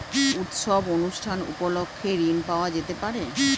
উৎসব অনুষ্ঠান উপলক্ষে ঋণ পাওয়া যেতে পারে?